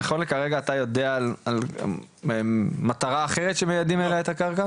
ונכון לכרגע אתה יודע מטרה אחרת שמיעדים עליה את הקרקע?